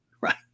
Right